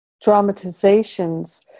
dramatizations